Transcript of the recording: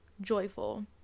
joyful